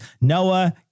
Noah